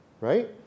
right